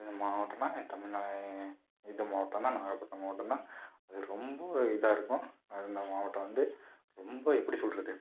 மாவட்டம்னா அது தமிழ் எந்த மாவட்டம்னா நாகபட்னம் மாவட்டந்தான் அது ரொம்ப இதா இருக்கும் இந்த மாவட்டம் வந்து ரொம்ப எப்படி சொல்கிறது